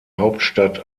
hauptstadt